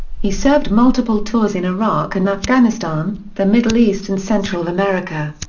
he served multiple tours in iraq and afghanistan, the middle east and central america.